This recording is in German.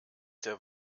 der